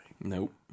Nope